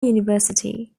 university